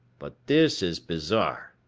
but this is bizarre.